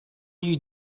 you